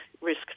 risk